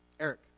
Eric